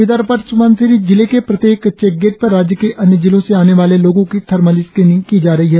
इधर अपर स्बनसिरी जिले के प्रत्येक चेकगेट पर राज्य के अन्य जिलों से आने वाले लोगो की थर्मल स्क्रीनिंग की जा रही है